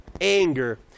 anger